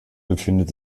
befindet